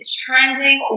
trending